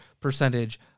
percentage